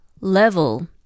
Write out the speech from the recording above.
level